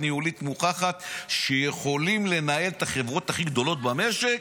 ניהולית מוכחת שיכולים לנהל את החברות הכי גדולות במשק?